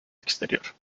exterior